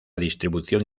distribución